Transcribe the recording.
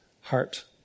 heart